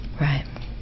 Right